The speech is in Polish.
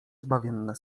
zbawienne